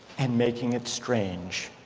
and making it strange.